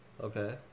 okay